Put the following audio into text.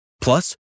Plus